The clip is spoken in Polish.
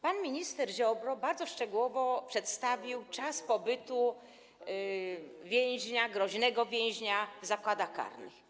Pan minister Ziobro bardzo szczegółowo przedstawił czas pobytu więźnia, groźnego więźnia, w zakładach karnych.